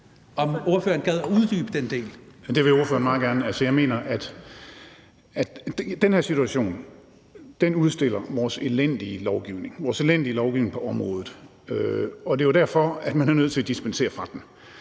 Torsten Gejl (ALT): Det vil ordføreren meget gerne. Jeg mener, at den her situation udstiller vores elendige lovgivning på området, og at det er derfor, at man er nødt til at dispensere fra den.